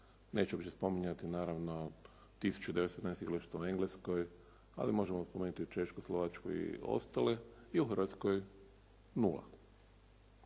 neću više spominjati naravno tisuću 19 igrališta u Engleskoj, ali možemo spomenuti Češku, Slovačku i ostale i u Hrvatskoj nula.